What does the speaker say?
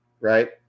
right